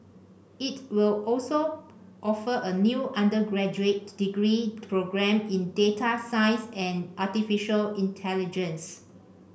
it will also offer a new undergraduate degree programme in data science and artificial intelligence